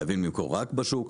חייבים למכור רק בשוק.